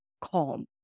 calm